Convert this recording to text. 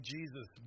Jesus